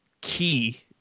key